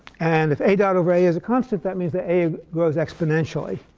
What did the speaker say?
and if a dot over a is a constant, that means that a grows exponentially.